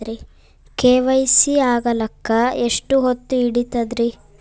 KYC ಆಗಲಕ್ಕ ಎಷ್ಟ ಹೊತ್ತ ಹಿಡತದ್ರಿ?